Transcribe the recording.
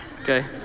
okay